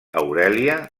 aurèlia